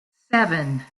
seven